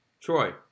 Troy